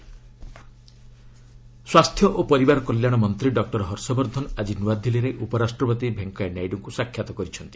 VP ministers ସ୍ୱାସ୍ଥ୍ୟ ଓ ପରିବାର କଲ୍ୟାଣ ମନ୍ତ୍ରୀ ଡକ୍ଟର ହର୍ଷ ବର୍ଦ୍ଧନ ଆଜି ନୂଆଦିଲ୍ଲୀରେ ଉପରାଷ୍ଟ୍ରପତି ଭେଙ୍କୟା ନାଇଡୁଙ୍କୁ ସାକ୍ଷାତ କରିଛନ୍ତି